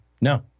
No